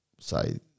say